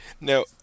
Now